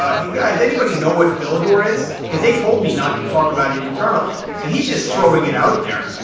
ah, hey, guys, anybody know what philidor is because they told me not to talk about it internally? so he's just throwing it out there,